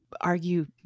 argue